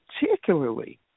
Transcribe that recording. particularly